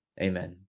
Amen